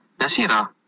Nasira